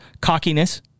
Cockiness